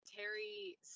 terry